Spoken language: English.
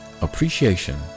Appreciation